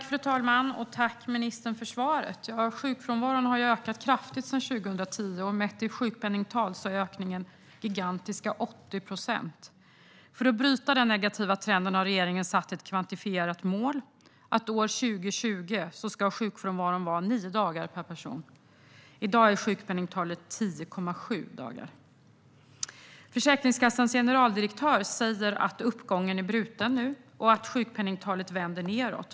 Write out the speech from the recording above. Fru talman! Tack, ministern, för svaret! Sjukfrånvaron har ökat kraftigt sedan 2010 - mätt i sjukpenningtal är ökningen gigantiska 80 procent. För att bryta den negativa trenden har regeringen satt ett kvantifierat mål: År 2020 ska sjukfrånvaron vara 9 dagar per person. I dag är sjukpenningtalet 10,7 dagar. Försäkringskassans generaldirektör säger att uppgången är bruten nu och att sjukpenningtalet vänder nedåt.